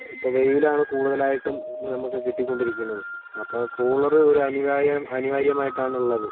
ഇപ്പോൾ വെയിൽ ആണ് കൂടുതലായിട്ടും നമുക്ക് കിട്ടിക്കോണ്ടിരിക്കുന്നത് അപ്പം കൂളറ് ഒരു അനിവാര്യ അനിവാര്യം ആയിട്ടാണുള്ളത്